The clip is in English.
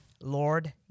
Lord